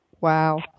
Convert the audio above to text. Wow